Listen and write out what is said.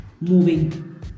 moving